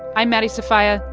i'm maddie sofia.